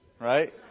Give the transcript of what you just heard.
right